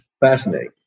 Fascinating